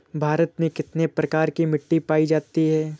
भारत में कितने प्रकार की मिट्टी पाई जाती है?